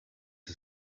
are